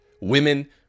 Women